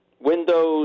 Windows